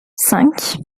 cinq